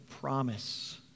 promise